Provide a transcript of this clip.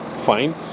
fine